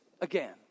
again